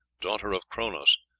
daughter of chronos,